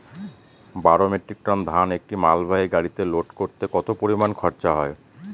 বারো metric ton ধান একটি মালবাহী গাড়িতে লোড করতে কতো পরিমাণ খরচা হয়?